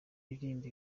uririmba